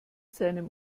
seinem